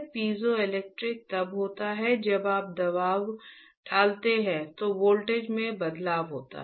piezoelectric तब होता है जब आप दबाव डालते हैं तो वोल्टेज में बदलाव होता है